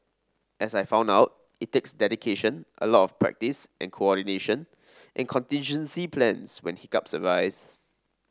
as I found out it takes dedication a lot of practice and coordination and contingency plans when hiccups arise